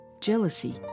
Jealousy